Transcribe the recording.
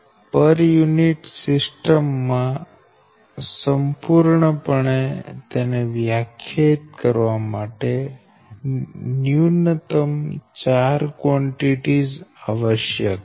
પર unit system ને સંપૂર્ણ રીતે વ્યાખ્યાયિત કરવા માટે ન્યૂનતમ ચાર કવાંટીટીઝ આવશ્યક છે